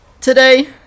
today